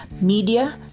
media